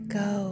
go